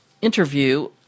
interview